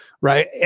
Right